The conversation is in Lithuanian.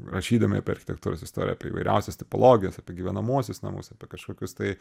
rašydami apie architektūros istoriją apie įvairiausias tipologijas apie gyvenamuosius namus apie kažkokius tai